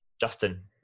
Justin